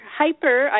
hyper